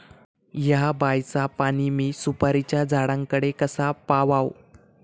हया बायचा पाणी मी सुपारीच्या झाडान कडे कसा पावाव?